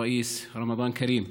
רמדאן כרים.